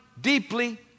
deeply